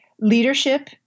Leadership